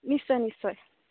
নিশ্চয় নিশ্চয়